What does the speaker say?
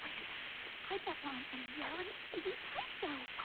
ah hi, pepper on some reality tv prank show.